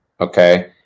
okay